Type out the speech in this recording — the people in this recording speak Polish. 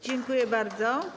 Dziękuję bardzo.